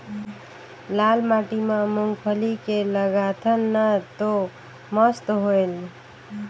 लाल माटी म मुंगफली के लगाथन न तो मस्त होयल?